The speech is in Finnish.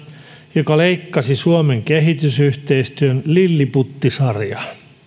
joka leikkasi suomen kehitysyhteistyön lilliputtisarjaan ja